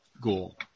goal